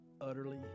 utterly